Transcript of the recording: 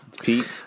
Pete